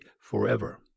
forever